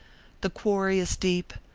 the quarry is deep,